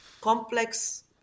complex